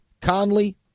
Conley